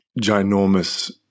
ginormous